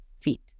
feet